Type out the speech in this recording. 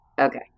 Okay